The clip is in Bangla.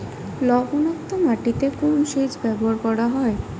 লবণাক্ত মাটিতে কোন সেচ ব্যবহার করা হয়?